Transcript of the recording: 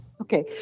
Okay